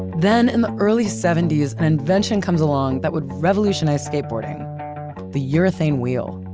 then, in the early seventy s, an invention comes along that would revolutionize skateboarding the urethane wheel.